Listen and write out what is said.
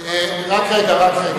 רק רגע, רק רגע.